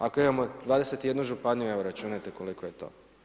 Ako imamo 21 županiju evo računajte koliko je to.